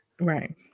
right